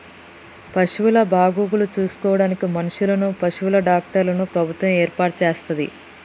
పశువుల బాగోగులు చూసుకోడానికి మనుషులను, పశువుల డాక్టర్లను ప్రభుత్వం ఏర్పాటు చేస్తది